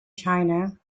china